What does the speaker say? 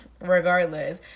Regardless